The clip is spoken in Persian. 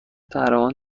درمان